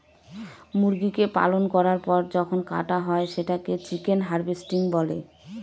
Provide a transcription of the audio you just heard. মুরগিকে পালন করার পর যখন কাটা হয় সেটাকে চিকেন হার্ভেস্টিং বলে